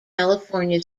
california